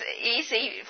easy